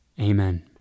Amen